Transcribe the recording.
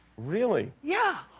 really? yeah.